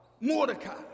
Mordecai